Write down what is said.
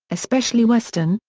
especially western,